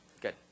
Good